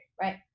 Right